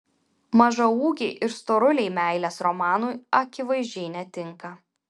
mažaūgiai ir storuliai meilės romanui akivaizdžiai netinka